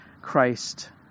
Christ